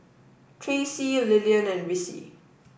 Traci Lilyan and Ricci